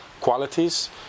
qualities